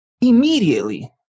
Immediately